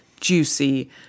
juicy